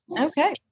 Okay